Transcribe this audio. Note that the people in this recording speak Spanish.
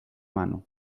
mano